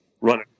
run